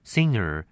Singer